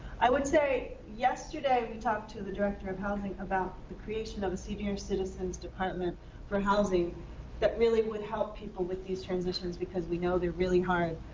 i would say yesterday, we talked to the director of housing about the creation of a senior citizens' department for housing that really would help people with these transitions because we know they are really hard.